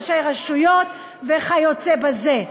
ראשי רשויות וכיוצא בזה.